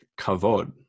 kavod